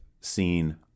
seen